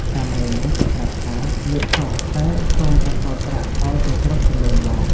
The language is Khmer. សាមណេរនោះប្រាប់ថា "យកចុះ! តែសូមប្រគល់ប្រាក់ឲ្យតែគ្រប់ចំនួនមក"។